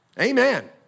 Amen